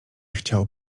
chciał